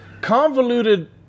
convoluted